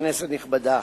כנסת נכבדה,